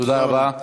תודה רבה.